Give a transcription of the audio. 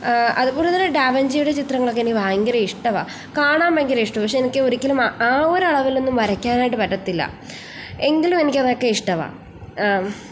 അതുപോലെ തന്നെ ഡാവിഞ്ചിയുടെ ചിത്രങ്ങളൊക്കെ എനിക്ക് ഭയങ്കരെ ഇഷ്ടമാണ് കാണാൻ ഭയങ്കര ഇഷ്ടമാണ് പക്ഷേ എനിക്ക് ഒരിക്കലും ആ ആ ഒരളവിലൊന്നും വരയ്ക്കാനായിട്ട് പറ്റത്തില്ല എങ്കിലും എനിക്ക് അതൊക്കെ ഇഷ്ടമാണ് ആ